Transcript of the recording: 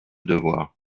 devoir